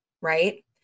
right